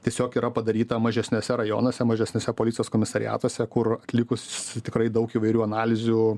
tiesiog yra padaryta mažesniuose rajonuose mažesniuose policijos komisariatuose kur atlikus tikrai daug įvairių analizių